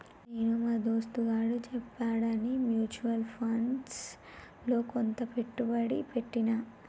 నేను మా దోస్తుగాడు చెప్పాడని మ్యూచువల్ ఫండ్స్ లో కొంత పెట్టుబడి పెట్టిన